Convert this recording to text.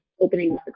opening